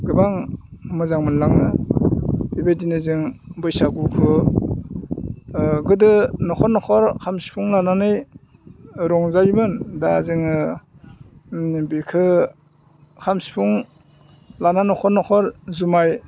गोबां मोजां मोनलाङो बेबायदिनो जों बैसागुखौ गोदो न'खर न'खर खाम सिफुं लानानै रंजायोमोन दा जोङो बेखौ खाम सिफुं लाना न'खर न'खर जुमाइ